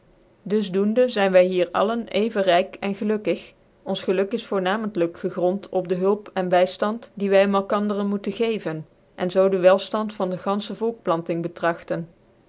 dus doende zyn wy hier alle even ryk cn gelukkig ons geluk is voornamen tl ijk gegrond op dc hulp cn byftand die wy malkandcren moeten geven cn zoo de wclftand van dc ganfrhc volkplanting betrapten